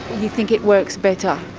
you think it works better?